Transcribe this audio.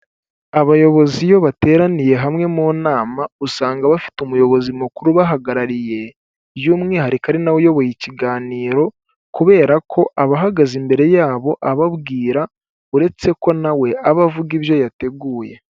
Abayobozi iyo bateraniye hamwe mu nama usanga bafite umuyobozi mukuru bahagarariye by'umwihariko ari nawe we uyoboye ikiganiro kubera ko aba ahagaze imbere yabo ababwira uretse ko nawe aba avuga ibyo yateguye.